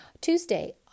Tuesday